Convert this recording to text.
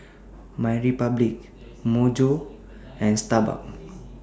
MyRepublic Myojo and Starbucks